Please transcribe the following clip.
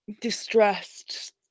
distressed